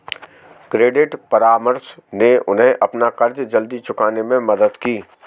credit परामर्श ने उन्हें अपना कर्ज जल्दी चुकाने में मदद की